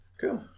Cool